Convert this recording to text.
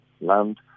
land